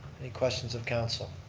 any questions of council?